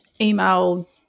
email